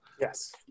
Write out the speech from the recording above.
Yes